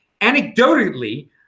Anecdotally